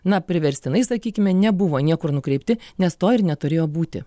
na priverstinai sakykime nebuvo niekur nukreipti nes to ir neturėjo būti